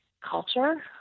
culture